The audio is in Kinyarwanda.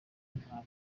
nta